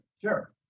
Sure